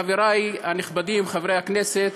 חברי הנכבדים, חברי הכנסת,